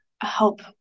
help